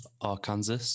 Arkansas